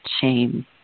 shame